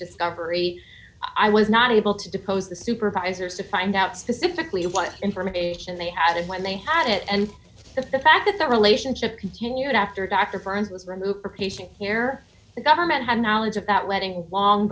discovery i was not able to depose the supervisors to find out specifically what information they had and when they had it and the fact that that relationship continued after dr burns was removed for patient care the government had knowledge of that wedding long